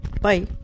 bye